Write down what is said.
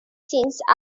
since